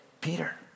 Peter